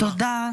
תודה.